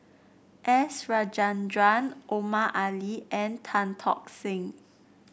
S Rajendran Omar Ali and Tan Tock Seng